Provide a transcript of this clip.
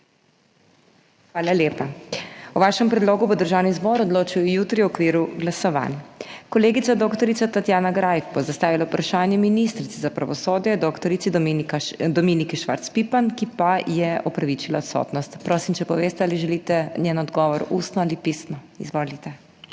Hvala lepa. O vašem predlogu bo Državni zbor odločil jutri v okviru glasovanj. Kolegica dr. Tatjana Greif bo zastavila vprašanje ministrici za pravosodje dr. Dominiki Švarc Pipan, ki pa je opravičila odsotnost. Prosim, da poveste, ali želite njen odgovor ustno ali pisno. Izvolite.